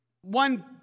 one